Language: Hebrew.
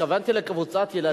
התכוונתי לקבוצת ילדים,